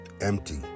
empty